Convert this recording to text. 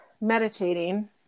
meditating